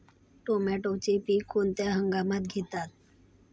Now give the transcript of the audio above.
टोमॅटोचे पीक कोणत्या हंगामात घेतात?